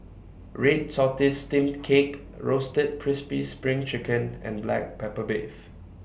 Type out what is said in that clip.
Red Tortoise Steamed Cake Roasted Crispy SPRING Chicken and Black Pepper Beef